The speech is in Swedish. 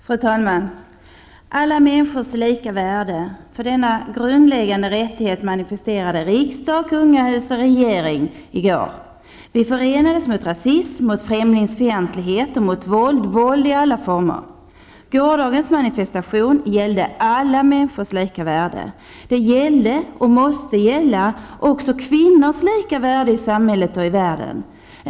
Fru talman! Alla människors lika värde -- denna grundläggande rättighet manifesterade riksdag, kungahus och regering i går. Vi förenades mot rasism, mot främlingsfientlighet och mot våld, våld i alla former. Gårdagens manifestation gällde alla människors lika värde. Det gällde och måste gälla också kvinnors lika värde i samhället och i världen.